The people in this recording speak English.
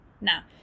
Now